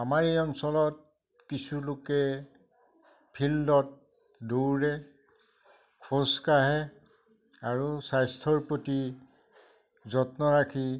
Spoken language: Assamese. আমাৰ এই অঞ্চলত কিছু লোকে ফিল্ডত দৌৰে খোজকাঢ়ে আৰু স্বাস্থ্যৰ প্ৰতি যত্ন ৰাখি